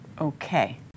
Okay